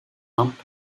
lamp